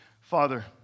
Father